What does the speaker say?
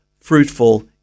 fruitful